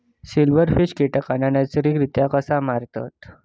Silverfish कीटकांना नैसर्गिकरित्या कसा मारतत?